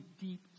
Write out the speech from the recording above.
deep